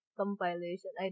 compilation